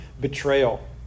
betrayal